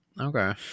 Okay